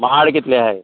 माड कितलें आहाय